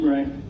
Right